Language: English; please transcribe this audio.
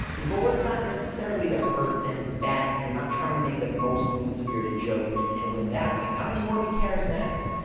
the goal is not necessarily to hurt them back you're not trying to make the most mean-spirited joke and win that way not if you want to be charismatic.